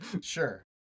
Sure